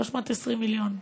320 מיליון.